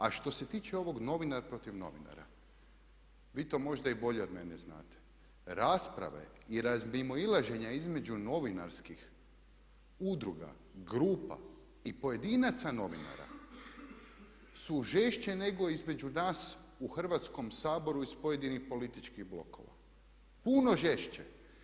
A što se tiče ovog novinar protiv novinara, vi to možda i bolje od mene znate, rasprave i razmimoilaženja između novinarskih udruga, grupa i pojedinaca novinara su žešće nego između nas u Hrvatskom saboru iz pojedinih političkih blokova, puno žešće.